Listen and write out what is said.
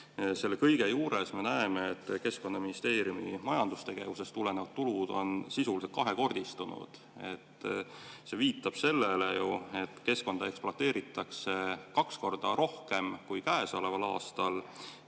Selle kõige juures me näeme, et Keskkonnaministeeriumi majandustegevusest tulenevad tulud on sisuliselt kahekordistunud. See viitab ju sellele, et keskkonda ekspluateeritakse kaks korda rohkem kui käesoleval aastal